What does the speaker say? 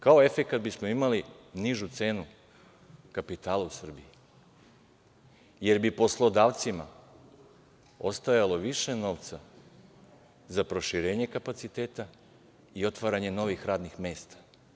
Kao efekat bismo imali nižu cenu kapitala u Srbiji jer bi poslodavcima ostajalo više novca za proširenje kapaciteta i otvaranje novih radnih mesta.